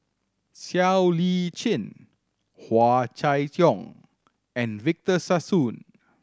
Siow Lee Chin Hua Chai Yong and Victor Sassoon